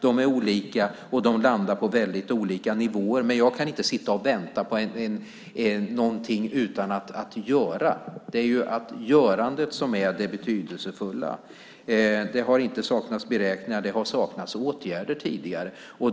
De är olika och landar på väldigt olika nivåer. Jag kan inte sitta och vänta utan att göra något. Det är ju görandet som är det betydelsefulla. Det har inte saknats beräkningar. Det har saknats åtgärder tidigare.